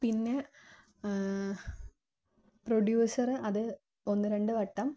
പിന്നെ പ്രൊഡ്യൂസര് അത് ഒന്നുരണ്ടു വട്ടം